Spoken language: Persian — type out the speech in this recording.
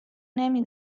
نمی